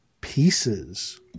pieces